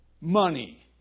money